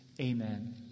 Amen